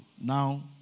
now